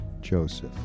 Joseph